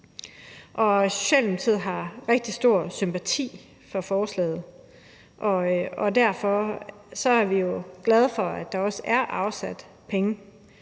har rigtig stor sympati for beslutningsforslaget, og derfor er vi jo glade for, at der også er afsat penge.